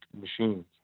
machines